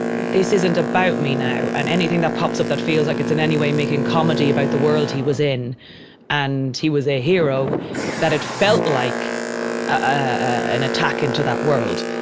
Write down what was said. this isn't about me now. and anything that pops up that feels like it's in any way making comedy about the world he was in and he was a hero that it felt like an attack into that world.